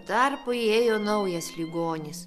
tarpu įėjo naujas ligonis